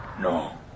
No